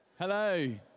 hello